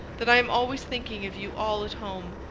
that i am always thinking of you all at home,